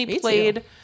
Played